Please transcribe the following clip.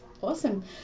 Awesome